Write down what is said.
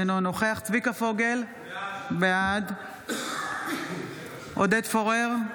אינו נוכח צביקה פוגל, בעד עודד פורר,